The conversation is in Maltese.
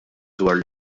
dwar